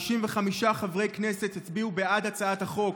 65 חברי כנסת הצביעו בעד הצעת החוק,